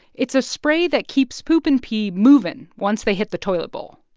it's a spray that keeps poop and pee moving once they hit the toilet bowl.